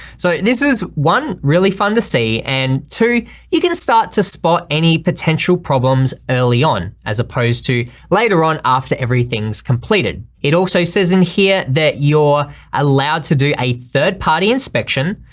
so this is one, really fun to see and two you can start to spot any potential problems early on, as opposed to later on after everything's completed. it also says in here that your allowed to do a third-party inspection,